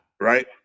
right